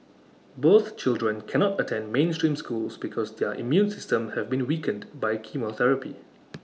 both children cannot attend mainstream schools because their immune systems have been weakened by chemotherapy